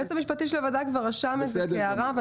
היועץ המשפטי של הוועדה כבר רשם את זה כהערה,